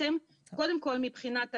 קודם כל מבחינת הצוות.